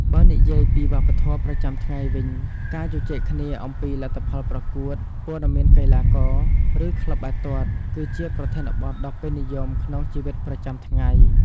បើនិយាយពីវប្បធម៌ប្រចាំថ្ងៃវិញ ការជជែកគ្នាអំពីលទ្ធផលប្រកួត ព័ត៌មានកីឡាករ ឬក្លឹបបាល់ទាត់ គឺជាប្រធានបទដ៏ពេញនិយមក្នុងជីវិតប្រចាំថ្ងៃ។